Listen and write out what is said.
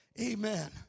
amen